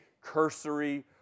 cursory